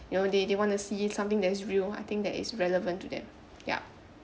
you know they they want to see something that is real I think that is relevant to them ya